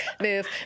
move